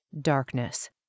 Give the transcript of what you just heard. darkness